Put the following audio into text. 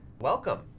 Welcome